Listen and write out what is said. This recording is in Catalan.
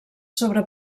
sobre